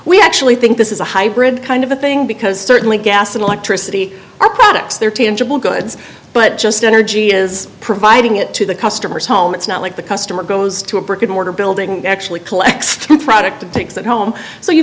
we actually think this is a hybrid kind of a thing because certainly gas and electricity are products they're tangible goods but just energy is providing it to the customer's home it's not like the customer goes to a brick and mortar building and actually collects product to take that home so you